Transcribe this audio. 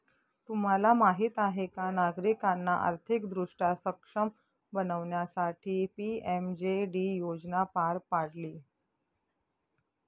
तुम्हाला माहीत आहे का नागरिकांना आर्थिकदृष्ट्या सक्षम बनवण्यासाठी पी.एम.जे.डी योजना पार पाडली